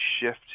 shift